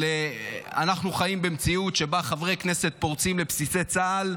אנחנו חיים במציאות שבה חברי כנסת פורצים לבסיסי צה"ל,